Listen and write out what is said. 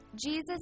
Jesus